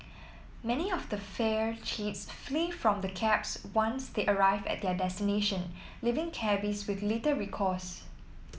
many of the fare cheats flee from the cabs once they arrive at their destination leaving cabbies with little recourse